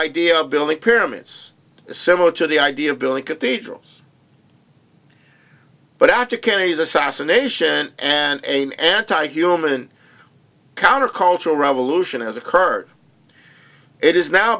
dio building pyramids similar to the idea of building cathedrals but after kennedy's assassination and in anti human counter cultural revolution has occurred it is now